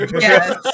Yes